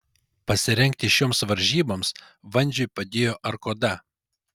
pasirengti šioms varžyboms vandžiui padėjo arkoda